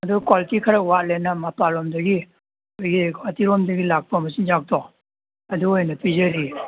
ꯑꯗꯨ ꯀ꯭ꯋꯥꯂꯤꯇꯤ ꯈꯔ ꯋꯥꯠꯂꯦꯅ ꯃꯄꯥꯟ ꯂꯣꯝꯗꯒꯤ ꯑꯩꯈꯣꯏꯒꯤ ꯒꯨꯍꯥꯇꯤ ꯔꯣꯝꯗꯒꯤ ꯂꯥꯛꯄ ꯃꯆꯤꯟꯖꯥꯛꯇꯣ ꯑꯗꯨ ꯑꯣꯏꯅ ꯄꯤꯖꯔꯤꯌꯦ